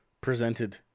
presented